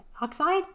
Oxide